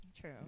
True